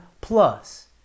plus